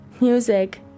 music